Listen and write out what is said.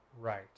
right